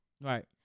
Right